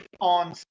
on